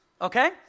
okay